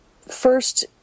first